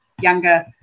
younger